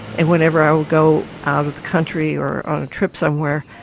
and whenever i would go out of the country or on a trip somewhere,